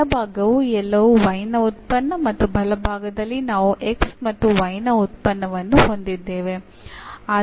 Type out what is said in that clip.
ಎಡಭಾಗವು ಎಲ್ಲವೂ y ನ ಉತ್ಪನ್ನ ಮತ್ತು ಬಲಭಾಗದಲ್ಲಿ ನಾವು x ಮತ್ತು y ನ ಉತ್ಪನ್ನವನ್ನು ಹೊಂದಿದ್ದೇವೆ